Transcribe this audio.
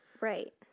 Right